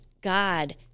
God